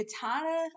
Katana